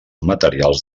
materials